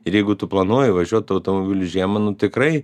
ir jeigu tu planuoji važiuot automobiliu žiemą nu tikrai